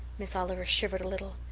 miss oliver shivered a little.